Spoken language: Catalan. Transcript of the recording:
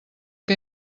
que